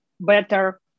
better